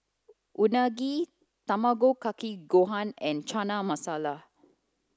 Unagi Tamago Kake Gohan and Chana Masala